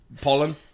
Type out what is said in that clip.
Pollen